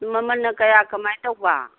ꯃꯃꯟꯅ ꯀꯌꯥ ꯀꯃꯥꯏ ꯇꯧꯕ